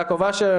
יעקב אשר,